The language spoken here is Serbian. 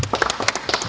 Hvala